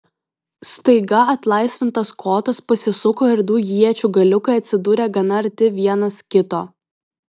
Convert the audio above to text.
staiga atlaisvintas kotas pasisuko ir du iečių galiukai atsidūrė gana arti vienas kito